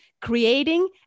creating